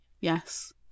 Yes